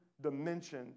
dimension